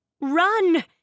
Run